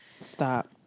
Stop